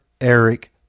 Eric